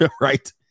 Right